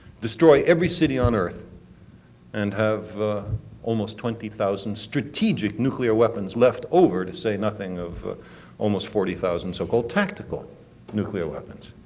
destroy every city on earth and have almost twenty thousand strategic nuclear weapons left over, to say nothing of almost forty thousand so-called tactical nuclear weapons.